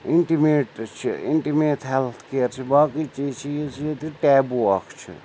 intimate چھِ intimate health care چھِ باقٕے چیٖز چھِ ییٚتہِ ٹیبو اَکھ چھِ